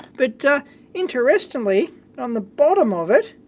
but interestingly on the bottom of it,